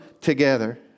together